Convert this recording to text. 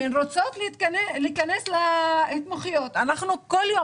שרוצים להיכנס להתמחויות ולא נכנסים.